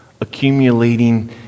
Accumulating